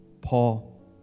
Paul